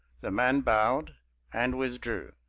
the man bowed and withdrew.